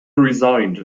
resigned